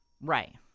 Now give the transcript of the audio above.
Right